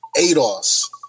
ADOS